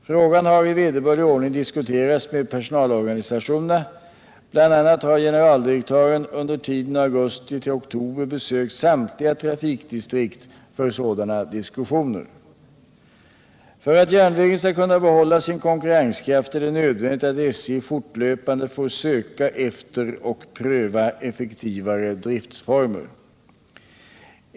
Frågan har i vederbörlig ordning diskuterats med personalorganisationerna; bl.a. har generaldirektören under tiden augusti till oktober besökt samtliga trafikdistrikt för sådana diskussioner. För att järnvägen skall kunna behålla sin konkurrenskraft är det nödvändigt att SJ fortlöpande får söka efter och pröva effektivare driftformer.